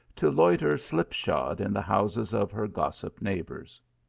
to loiter slip-shod in the houses of her gossip neighbours.